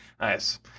nice